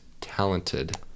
talented